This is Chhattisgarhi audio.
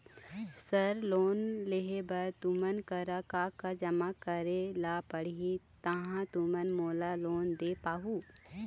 सर लोन लेहे बर तुमन करा का का जमा करें ला पड़ही तहाँ तुमन मोला लोन दे पाहुं?